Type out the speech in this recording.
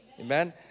Amen